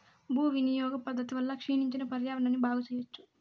భూ వినియోగ పద్ధతి వల్ల క్షీణించిన పర్యావరణాన్ని బాగు చెయ్యచ్చు